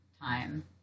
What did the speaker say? time